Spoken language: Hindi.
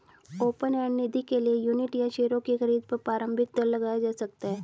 ओपन एंड निधि के लिए यूनिट या शेयरों की खरीद पर प्रारम्भिक दर लगाया जा सकता है